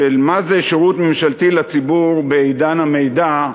של מה זה שירות ממשלתי לציבור בעידן המידע,